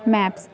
maps